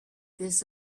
this